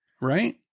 right